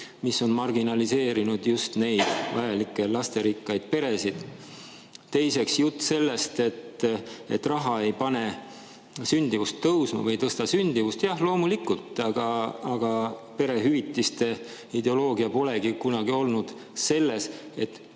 halb ja marginaliseerinud just neid vajalikke lasterikkaid peresid. Teiseks, jutt sellest, et raha ei pane sündimust tõusma või ei tõsta sündimust – jah, loomulikult, aga perehüvitiste ideoloogia polegi kunagi seisnenud selles, et